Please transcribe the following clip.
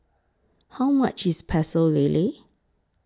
How much IS Pecel Lele